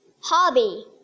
hobby